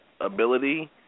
ability